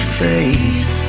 face